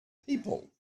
people